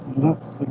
lips